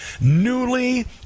newly